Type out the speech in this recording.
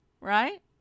Right